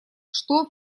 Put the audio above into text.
что